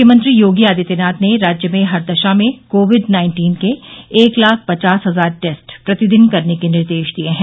मुख्यमंत्री योगी आदित्यनाथ ने राज्य में हर दशा में कोविड नाइन्टीन के एक लाख पचास हजार टेस्ट प्रतिदिन करने के निर्देश दिये हैं